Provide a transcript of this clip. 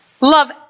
Love